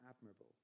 admirable